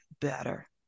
better